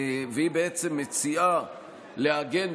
והיא מציעה לעגן,